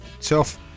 Tough